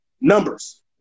numbers